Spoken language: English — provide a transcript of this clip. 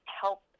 help